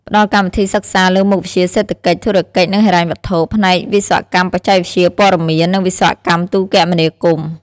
ផ្តល់កម្មវិធីសិក្សាលើមុខវិជ្ជាសេដ្ឋកិច្ច ធុរកិច្ច និងហិរញ្ញវត្ថុ ផ្នែកវិស្វកម្មបច្ចេកវិទ្យាព័ត៌មាន និងវិស្វកម្មទូរគមនាគមន៍។